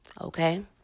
Okay